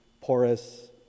porous